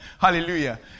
Hallelujah